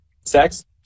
Sex